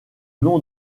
nom